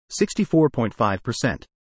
64.5%